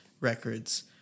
records